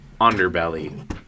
underbelly